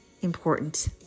important